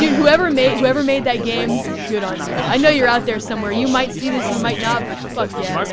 whoever made whoever made that game. good on you. i know you're out there somewhere. you might see this, you might not, but fuck yeah,